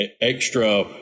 extra